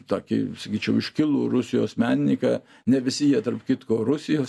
tokį sakyčiau iškilų rusijos menininką ne visi jie tarp kitko rusijos